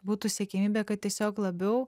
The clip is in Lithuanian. būtų siekiamybė kad tiesiog labiau